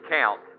count